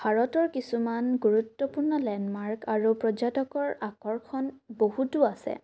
ভাৰতৰ কিছুমান গুৰুত্বপূৰ্ণ লেণ্ডমাৰ্ক আৰু পৰ্যটকৰ আকৰ্ষণ বহুতো আছে